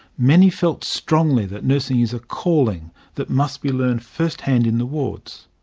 many felt strongly that nursing is a calling that must be learned firsthand in the wards.